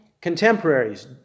contemporaries